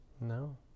No